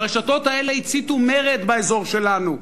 והרשתות האלה הציתו מרד באזור שלנו,